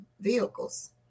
vehicles